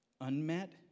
Unmet